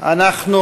אנחנו